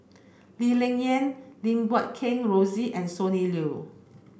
Lee Ling Yen Lim Guat Kheng Rosie and Sonny Liew